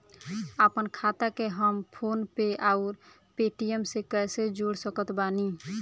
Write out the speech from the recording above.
आपनखाता के हम फोनपे आउर पेटीएम से कैसे जोड़ सकत बानी?